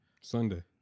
Sunday